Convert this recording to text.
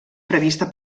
prevista